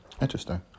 Interesting